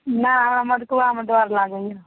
नहि हमरा मौतकुआँमे डर लागैए